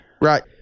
Right